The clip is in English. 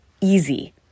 easy